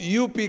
UP